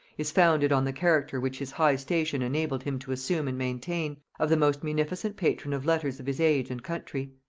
is founded on the character which his high station enabled him to assume and maintain, of the most munificent patron of letters of his age and country.